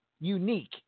unique